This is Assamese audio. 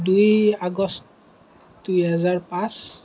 দুই আগষ্ট দুহেজাৰ পাঁচ